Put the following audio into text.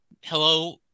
Hello